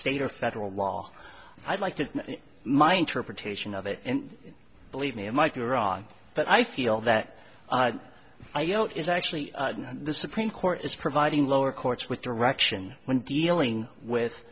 state or federal law i'd like to my interpretation of it and believe me i might be wrong but i feel that i you know is actually the supreme court is providing lower courts with direction when dealing with